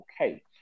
okay